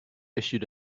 issued